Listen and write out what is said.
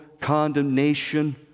condemnation